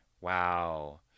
Wow